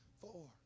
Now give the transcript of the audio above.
four